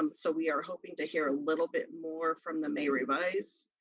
um so we are hoping to hear a little bit more from the may revise,